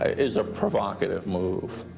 ah is a provocative move.